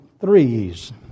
threes